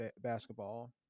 basketball